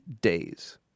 days